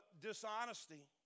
dishonesty